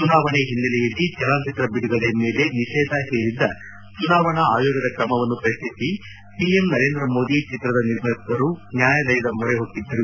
ಚುನಾವಣೆ ಹಿನ್ನೆಲೆಯಲ್ಲಿ ಚಲನಚಿತ್ರ ಬಿಡುಗಡೆ ಮೇಲೆ ನಿಷೇಧ ಹೇರಿದ್ದ ಚುನಾವಣಾ ಆಯೋಗದ ಕ್ರಮವನ್ನು ಪ್ರಶ್ನಿಸಿ ಪಿಎಂ ನರೇಂದ್ರ ಮೋದಿ ಚಿತ್ರದ ನಿರ್ಮಾಪಕರು ನ್ಯಾಯಾಲಯದ ಮೊರೆ ಹೊಕ್ಕಿದ್ದರು